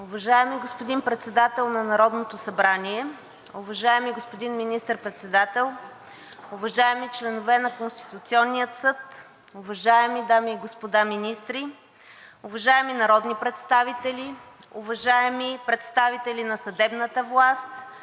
Уважаеми господин председател на Народното събрание, уважаеми господин Министър-председател, уважаеми членове на Конституционния съд, уважаеми дами и господа министри, уважаеми народни представители, уважаеми представители на съдебната власт,